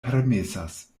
permesas